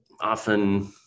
often